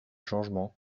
changement